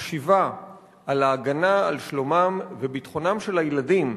בחשיבה על ההגנה על שלומם וביטחונם של הילדים